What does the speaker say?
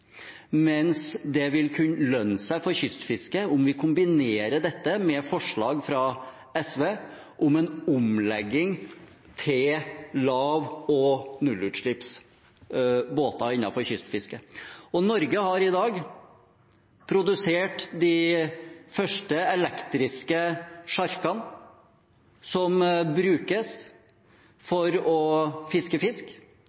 mens det vil kunne lønne seg for kystfisket dersom vi kombinerer dette med forslag fra SV om en omlegging til lav- og nullutslippsbåter innenfor kystfisket. Norge har i dag produsert de første elektriske sjarkene som brukes